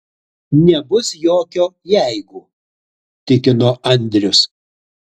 nebus jokio jeigu tikino andrius